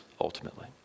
ultimately